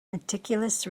meticulous